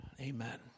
amen